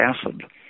acid